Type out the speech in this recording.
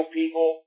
people